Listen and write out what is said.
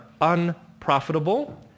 unprofitable